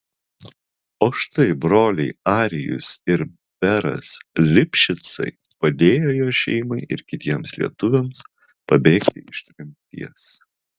o štai broliai arijus ir beras lipšicai padėjo jo šeimai ir kitiems lietuviams pabėgti iš tremties